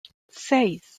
seis